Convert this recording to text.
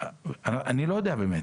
אני לא יודע באמת,